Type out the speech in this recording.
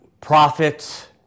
prophets